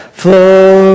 flow